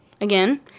again